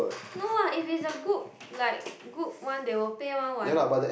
no what if it's a good like good one they will pay one what